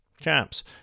Chaps